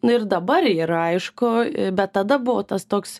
nu ir dabar yra aišku bet tada buvo tas toks